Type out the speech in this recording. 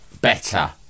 better